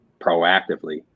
proactively